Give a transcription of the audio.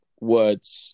words